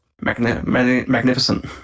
magnificent